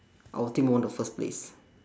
our team won the first place